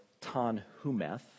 Tanhumeth